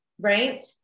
right